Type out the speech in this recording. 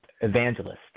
evangelist